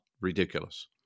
ridiculous